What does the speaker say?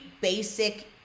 basic